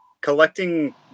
collecting